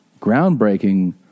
groundbreaking